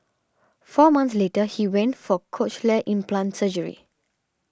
four months later he went for cochlear implant surgery